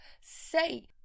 say